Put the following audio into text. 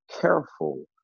careful